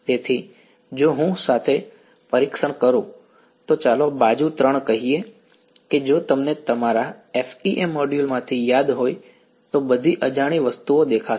તેથી જો હું સાથે પરીક્ષણ કરું તો ચાલો બાજુ 3 કહીએ કે જો તમને તમારા FEM મોડ્યુલ માંથી યાદ હોય તો બધી અજાણી વસ્તુઓ દેખાશે